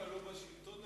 אני לומד הרבה מחיים רמון.